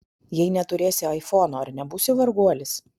jei neturėsi aifono ar nebūsi varguolis